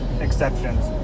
exceptions